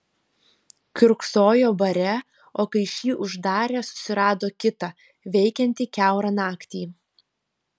kiurksojo bare o kai šį uždarė susirado kitą veikiantį kiaurą naktį